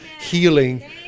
healing